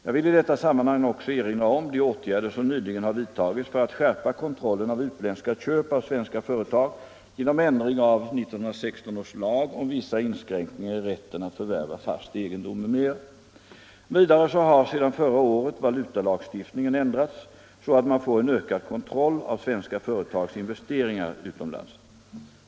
Jag vill i detta sammanhang också erinra om de åtgärder som nyligen har vidtagits för att skärpa kontrollen av utländska köp av svenska företag genom ändring av 1916 års lag om vissa inskränkningar i rätten att förvärva fast egendom m.m. Vidare har sedan förra året va!utalagstiftningen ändrats så att man får en ökad kontroll av svenska företags investeringar utomlands.